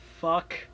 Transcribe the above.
fuck